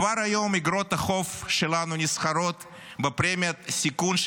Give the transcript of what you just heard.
כבר היום אגרות החוב שלנו נסחרות בפרמיית סיכון,